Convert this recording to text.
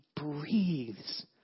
breathes